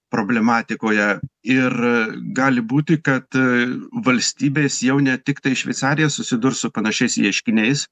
problematikoje ir gali būti kad valstybės jau ne tiktai šveicarija susidurs su panašiais ieškiniais